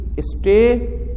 stay